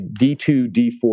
D2D4